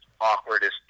awkwardest